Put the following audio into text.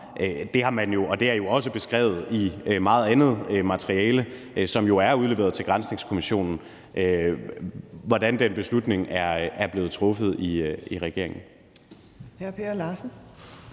Det er jo også beskrevet i meget andet materiale, som er udleveret til Granskningskommissionen, hvordan den beslutning er blevet truffet i regeringen.